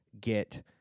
get